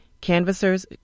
canvassers